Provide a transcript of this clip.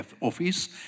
office